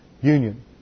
union